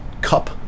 cup